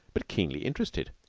but keenly interested.